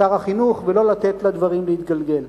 שר החינוך, ולא לתת לדברים להתגלגל.